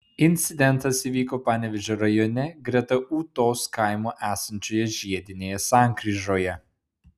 incidentas įvyko panevėžio rajone greta ūtos kaimo esančioje žiedinėje sankryžoje